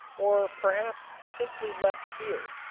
or perhaps simply left here,